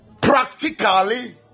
practically